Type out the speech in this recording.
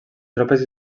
tropes